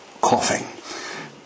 coughing